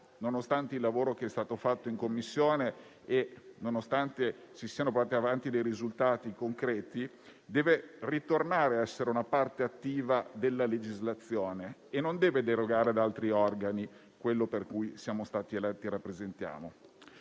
nonostante il lavoro che è stato fatto in Commissione e nonostante si siano ottenuti risultati concreti, deve ritornare a essere una parte attiva della legislazione e non deve derogare ad altri organi il compito per cui siamo stati eletti. Tuttavia,